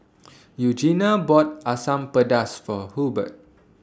Eugenia bought Asam Pedas For Hurbert